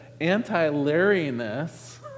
anti-Larry-ness